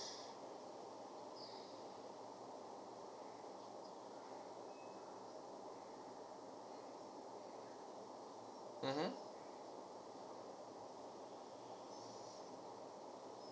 mmhmm